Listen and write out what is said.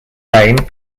name